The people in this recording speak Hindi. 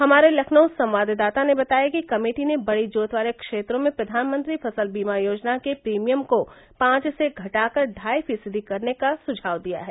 हमारे लखनऊ संवाददाता ने बताया कि कमेटी ने बड़ी जोत वाले क्षेत्रों में प्रधानमंत्री फसल बीमा योजना के प्रीमियम को पांच से घटाकर ढ़ाई फीसदी करने का सुझाव दिया है